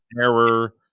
error